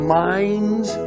minds